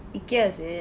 Ikea is it